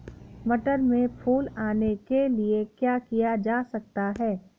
मटर में फूल आने के लिए क्या किया जा सकता है?